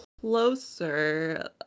closer